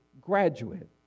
graduate